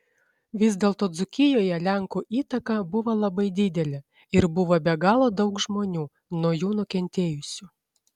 vis dėlto dzūkijoje lenkų įtaka buvo labai didelė ir buvo be galo daug žmonių nuo jų nukentėjusių